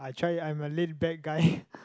I try I'm a lit bad guy